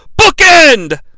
Bookend